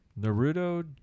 Naruto